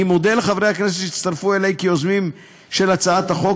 אני מודה לחברי הכנסת שהצטרפו אלי כיוזמים של הצעת החוק,